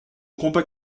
combat